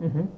mmhmm